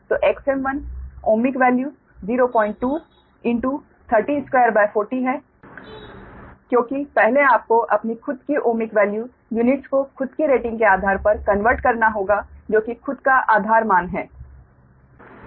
तो Xm1 ohmic value 02 240 है क्योंकि पहले आपको अपनी खुद की ओमिक वैल्यू यूनिट्स को खुद की रेटिंग के आधार पर कन्वर्ट करना होगा जो कि खुद का आधार मान है